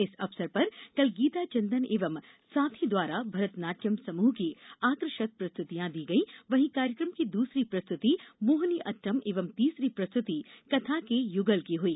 इस अवसर पर कल गीता चंदन एवं साथी द्वारा भरतनाट्यम समूह की आकर्षक प्रस्तुतियां दी गई वहीं कार्यक्रम की दूसरी प्रस्तुति मोहिनीअट्टम एवं तीसरी प्रस्तुति कथा के युगल की हुई